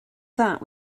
that